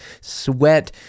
sweat